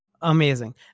Amazing